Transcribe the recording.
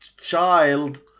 child